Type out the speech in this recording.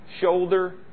shoulder